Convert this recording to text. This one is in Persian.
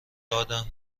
دادم